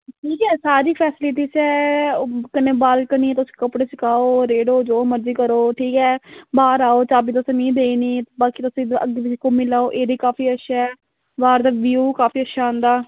सारी फैसलीटीस ऐ कन्नै बालकनी तुस कपड़े सकाओ रेड़ो जो मर्जी करो ठीक ऐ बाह्र आओ चाबी तुसें मिगी देई ओड़नी बाकी तुस अग्गें पिच्छें घूम्मी लैओ काफी अच्छा ऐ बाह्र दा ब्यू काफी अच्छा आंदा